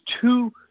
two